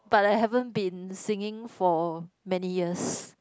but I haven't been singing for many years